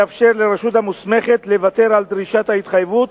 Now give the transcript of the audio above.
לאפשר לרשות המוסמכת לוותר על דרישת ההתחייבות,